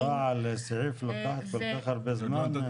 הערה על סעיף לוקחת כל כך הרבה זמן?